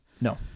No